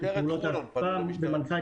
אני מאוד מכבד אותך על כך שיזמת את